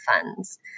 funds